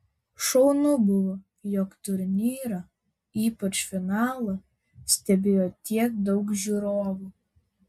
šaunu buvo jog turnyrą ypač finalą stebėjo tiek daug žiūrovų